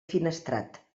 finestrat